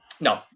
No